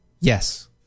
Yes